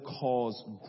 cause